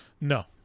No